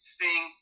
Sting